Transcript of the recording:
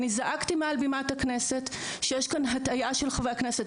אני זעקתי מעל בימת הכנסת שיש כאן הטעיה של חברי הכנסת,